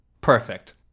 perfect